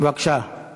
התכונן אליה.